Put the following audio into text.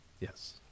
Yes